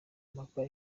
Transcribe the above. imyaka